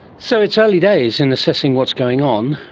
so it's early days in assessing what's going on,